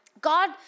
God